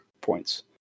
points